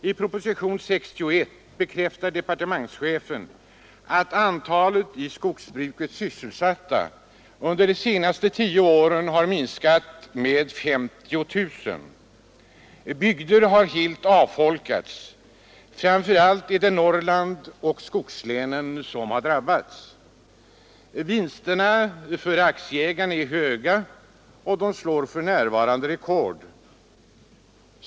I propositionen 61 bekräftar departementschefen att antalet i skogsbruket sysselsatta under de senaste tio åren har minskat med 50 000. Bygder har nästan helt avfolkats. Framför allt är det Norrland och skogslänen som har drabbats. Vinsterna för aktieägarna är stora och slår för närvarande rekord.